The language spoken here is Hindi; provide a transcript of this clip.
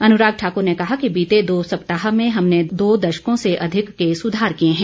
अनुराग ठाकुर ने कहा कि बीते दो सप्ताह में हमने दो दशकों से अधिक के सुधार किए हैं